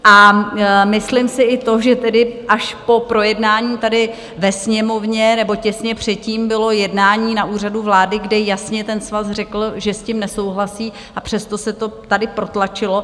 A myslím si i to, že až po projednání tady ve Sněmovně nebo těsně předtím bylo jednání na Úřadu vlády, kde jasně Svaz řekl, že s tím nesouhlasí, a přesto se to tady protlačilo.